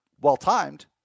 well-timed